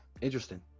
Interesting